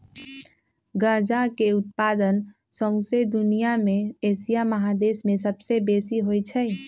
गजा के उत्पादन शौसे दुनिया में एशिया महादेश में सबसे बेशी होइ छइ